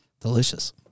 Delicious